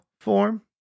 form